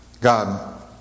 God